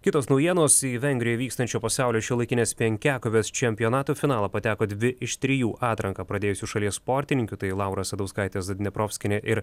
kitos naujienos į vengrijoj vykstančio pasaulio šiuolaikinės penkiakovės čempionato finalą pateko dvi iš trijų atranką pradėjusių šalies sportininkių tai laura asadauskaitė zadneprovskienė ir